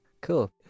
Cool